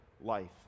life